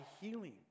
healing